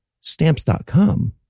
Stamps.com